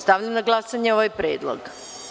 Stavljam na glasanje ovaj predlog.